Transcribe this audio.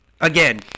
again